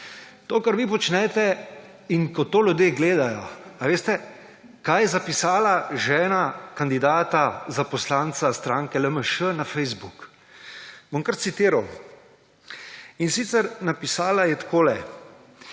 To, kar vi počnete in ko to ljudje gledajo − ali veste, kaj je zapisala žena kandidata za poslanca stranke LMŠ na Facebooku? Bom kar citiral, napisala je takole: